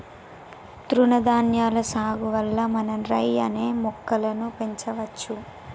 తృణధాన్యాల సాగు వల్ల మనం రై అనే మొక్కలను పెంచవచ్చు